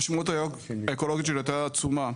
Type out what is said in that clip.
המשמעות האקולוגית שלו הייתה עצומה.